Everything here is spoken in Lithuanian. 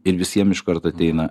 ir visiem iškart ateina